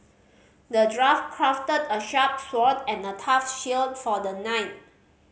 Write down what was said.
the dwarf crafted a sharp sword and a tough shield for the knight